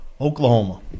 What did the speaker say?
Oklahoma